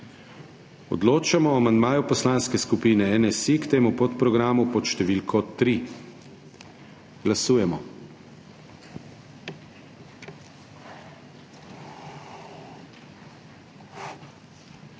Odločamo o amandmaju Poslanske skupine NSi k temu podprogramu pod številko 3. Glasujemo.